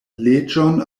leĝon